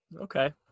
Okay